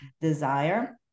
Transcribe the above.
desire